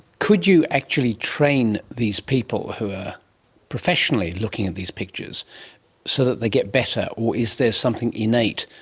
could you actually train these people who are professionally looking at these pictures so that they get better, or is there something innate,